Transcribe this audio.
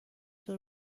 دور